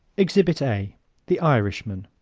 exhibit a the irishman